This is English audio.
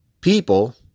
people